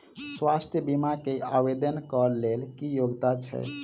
स्वास्थ्य बीमा केँ आवेदन कऽ लेल की योग्यता छै?